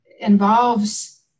involves